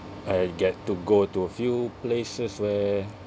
I get to go to a few places where